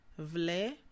vle